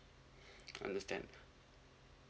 understand